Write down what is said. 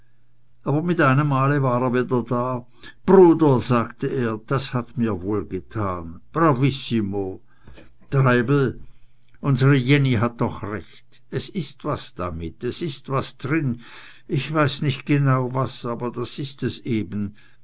aber mit einem male war er wieder da bruder sagte er das hat mir wohlgetan bravissimo treibel unsere jenny hat doch recht es ist was damit es ist was drin ich weiß nicht genau was aber das ist es eben